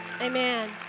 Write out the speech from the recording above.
Amen